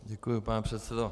Děkuji, pane předsedo.